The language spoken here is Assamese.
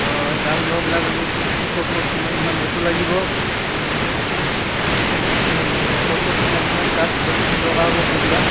অঁ এই দাম দৰবিলাক এইবোৰ কি কি ক'ত ক'ত কিমান কিমান বস্তু লাগিব আৰু ক'ত ক'ত কিমান কিমান কাঠ দৰকাৰ হ'ব কৈ দিবা